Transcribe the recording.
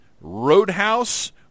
Roadhouse